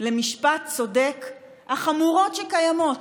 למשפט צודק החמורות שקיימות?